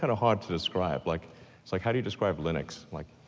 of hard to describe. like like how do you describe linux? like